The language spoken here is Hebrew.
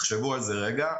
תחשבו על זה רגע,